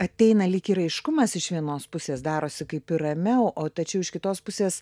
ateina lyg ir aiškumas iš vienos pusės darosi kaip ir ramiau o tačiau iš kitos pusės